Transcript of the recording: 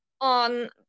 on